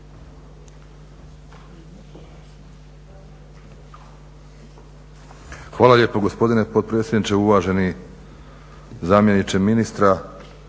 Hvala lijepo gospodine potpredsjedniče, uvaženi zamjeniče ministra.